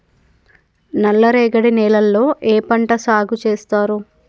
నల్లరేగడి నేలల్లో ఏ పంట సాగు చేస్తారు?